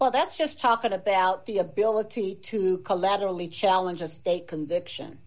well that's just talking about the ability to collaterally challenge as a conviction